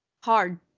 hard